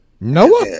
Noah